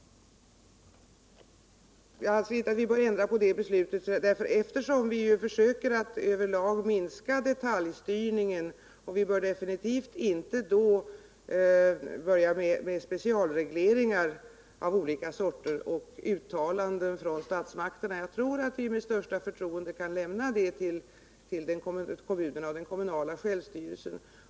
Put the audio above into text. Vi försöker ju att över lag minska detaljstyrningen, och då bör vi definitivt inte börja med specialregleringar av olika slag eller uttalanden från statsmakterna. Jag tror att vi med största förtroende kan lämna ansvaret för den här frågan till kommunerna och den kommunala självstyrelsen.